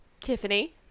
Tiffany